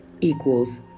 equals